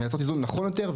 מייצרות איזון נכון יותר,